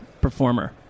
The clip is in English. performer